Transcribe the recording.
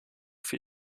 für